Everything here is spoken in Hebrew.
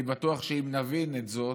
אני בטוח שאם נבין זאת,